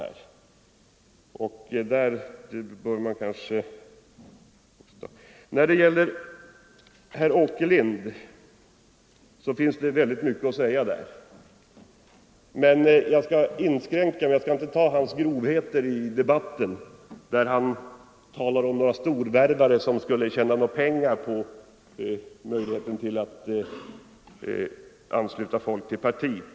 Om herr Åkerlinds anförande finns det mycket att säga. Men jag skall inte ta upp hans grovheter i debatten, när han talar om storvärvare som skulle tjäna pengar på möjligheten att ansluta folk till partiet.